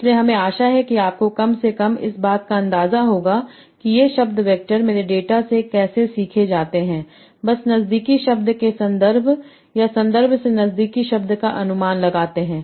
इसलिए हमें आशा है कि आपको कम से कम इस बात का अंदाजा होगा कि ये शब्द वैक्टर मेरे डेटा से कैसे सीखे जाते हैं बस नजदीकी शब्द से संदर्भ या संदर्भ से नजदीकी शब्द का अनुमान लगाते हैं